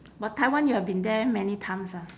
but taiwan you have been there many times ah